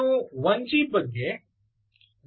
ನೀವು 1 G ಬಗ್ಗೆ 0